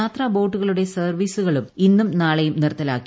യാത്രാബോട്ടുകളുടെ സർവ്വീസികളും ഇന്നും നാളെയും നിർത്തലാക്കി